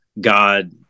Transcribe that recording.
God